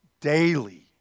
daily